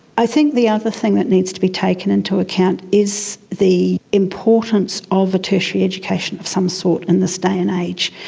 i think the other thing that needs to be taken into account is the importance of a tertiary education of some sort in this day and age,